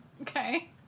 Okay